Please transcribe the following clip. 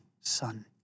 Son